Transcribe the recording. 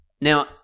Now